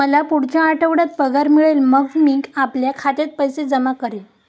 मला पुढच्या आठवड्यात पगार मिळेल मग मी आपल्या खात्यात पैसे जमा करेन